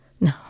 No